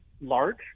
large